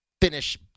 finish